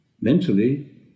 mentally